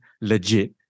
legit